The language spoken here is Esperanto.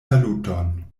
saluton